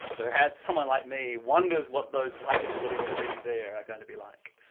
whereas someone like me wonders what those slices that are already there are going to be like.